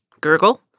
gurgle